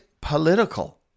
political